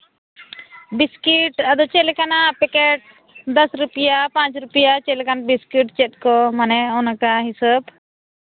biscuit ᱟᱫᱚ ᱪᱮᱫ ᱞᱮᱠᱟᱱᱟᱜ ᱯᱮᱠᱮᱴ ᱫᱚᱥ ᱨᱩᱯᱤᱭᱟ ᱯᱟᱸᱪ ᱨᱩᱯᱤᱭᱟ ᱪᱮᱫ ᱞᱮᱠᱟ ᱵᱤᱥᱠᱩᱴ ᱪᱮᱫ ᱠᱚ ᱢᱟᱱᱮ ᱚᱱᱠᱟ ᱦᱤᱥᱟᱹᱵᱽ